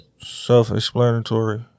Self-explanatory